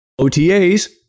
OTAs